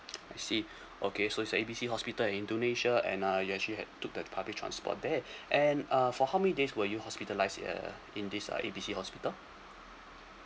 I see okay so is a A B C hospital in indonesia and uh you actually had took the public transport there and uh for how many days were you hospitalised uh in this uh A B C hospital